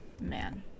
man